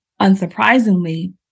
Unsurprisingly